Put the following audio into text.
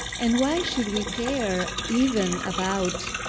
and why should we care even about